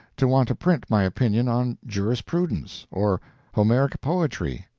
to want to print my opinion on jurisprudence, or homeric poetry,